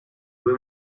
due